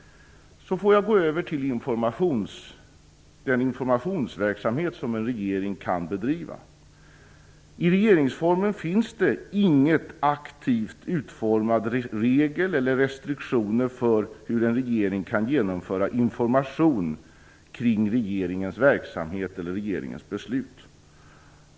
Så får jag gå över till den informationsverksamhet som en regering kan bedriva. I regeringsformen finns det ingen aktivt utformad regel eller restriktion för hur en regering kan genomföra information kring regeringens verksamhet eller beslut.